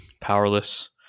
powerless